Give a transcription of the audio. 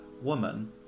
woman